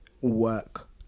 work